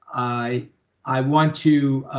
i i want to